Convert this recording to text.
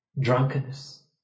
Drunkenness